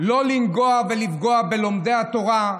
לא לנגוע ולפגוע בלומדי התורה,